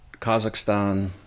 Kazakhstan